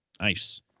Nice